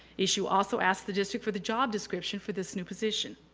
issu also ask the district for the job description for this new position,